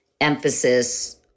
emphasis